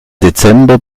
dezember